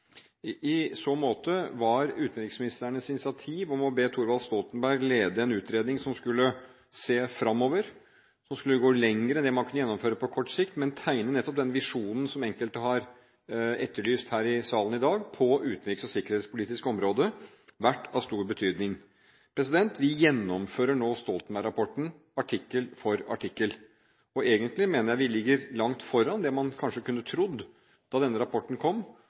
I så måte var utenriksministrenes initiativ om å be Thorvald Stoltenberg lede en utredning som skulle se framover, som skulle gå lenger enn det man kunne gjennomføre på kort sikt – men tegne nettopp den visjonen som enkelte har etterlyst her i salen i dag på det utenriks- og sikkerhetsmessige området – vært av stor betydning. Vi gjennomfører nå Stoltenberg-rapporten artikkel for artikkel. Egentlig mener jeg vi ligger langt foran det man kanskje kunne ha trodd da denne rapporten kom.